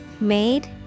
Made